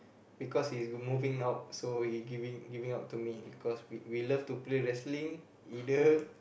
because he's moving out so he giving giving out to me because we we love to play wrestling either